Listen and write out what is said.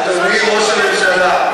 אדוני ראש הממשלה,